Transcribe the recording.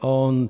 on